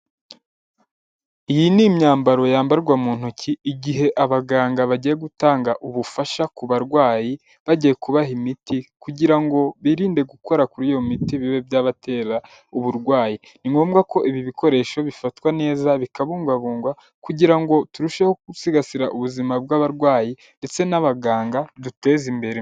Iyi ni imyambaro yambarwa mu ntoki igihe abaganga bagiye gutanga ubufasha ku barwayi bagiye kubaha imiti kugira ngo birinde gukora kuri iyo miti bibe byabatera uburwayi ni ngombwa ko ibi bikoresho bifatwa neza bikabugwabungwa kugira ngo turusheho gusigasira ubuzima bw'abarwayi ndetse n'abaganga duteza imbere.